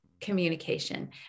communication